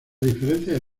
diferencias